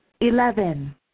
eleven